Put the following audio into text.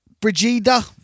Brigida